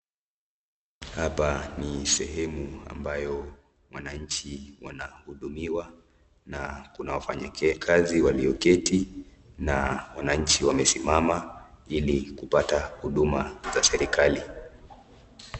Hapa ni sehemu ambayo wananchi wana hudumiwa na kuna wafanyikazi walioketi na wananchi wame simama ili kupata huduma za serikali.